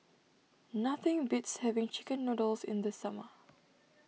nothing beats having Chicken Noodles in the summer